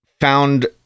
found